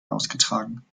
ausgetragen